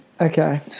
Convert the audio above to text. okay